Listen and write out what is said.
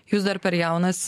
jūs dar per jaunas